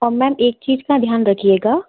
और मैम एक चीज़ का ध्यान रखिएगा